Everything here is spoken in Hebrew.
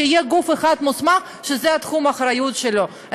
שיהיה גוף אחד מוסמך שזה תחום האחריות שלו,